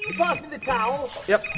like the towel? yep,